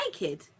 naked